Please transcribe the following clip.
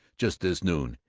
just this noon!